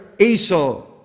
Esau